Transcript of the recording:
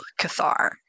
Cathar